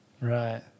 right